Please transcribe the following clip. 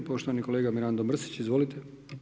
Poštovani kolega Mirando Mrsić, izvolite.